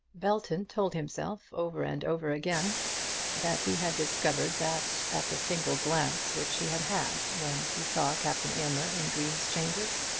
belton told himself over and over again that he had discovered that at the single glance which he had had when he saw captain aylmer in green's chambers.